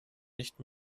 nicht